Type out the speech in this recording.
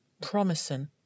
Promising